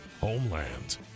Homeland